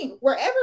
wherever